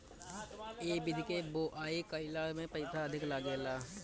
ए विधि के बोआई कईला में पईसा अधिका लागेला